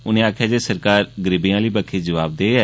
उनें आखेआ जे सरकार गरीबें आली बक्खी जवाबदेह ऐ